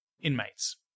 inmates